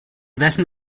wessen